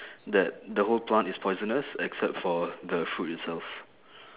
that the whole plant is poisonous except for the fruit itself